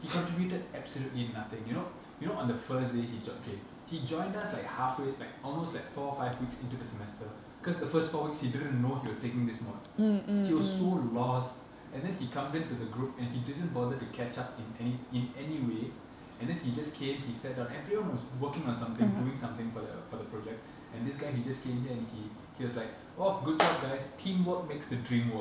he contributed absolutely nothing you know you know on the first day he j~ okay he joined us like halfway like almost like four or five weeks into the semester cause the first four weeks he didn't know he was taking this mod he was so lost and then he comes in to the group and he didn't bother to catch up in any in any way and then he just came he sat down everyone was working on something doing something for the for the project and this guy he just came here and he he was like oh good job guys teamwork makes the dream work